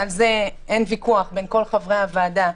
ועל זה אין ויכוח בין כל חברי הוועדה,